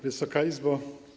Wysoka Izbo!